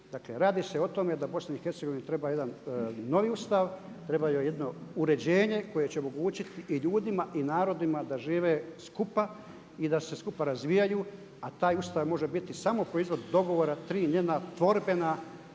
radi se o tome da BiH treba jedan novi ustav, treba joj jedno uređenje koje će omogućiti i ljudima i narodima da žive skupa i da se skupa razvijaju, a taj ustav može biti samo proizvod dogovora tri njena tvorbena